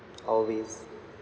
always